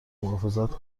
محافظت